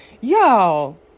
Y'all